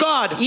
God